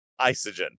isogen